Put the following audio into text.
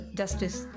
justice